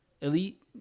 Elite